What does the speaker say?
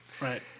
Right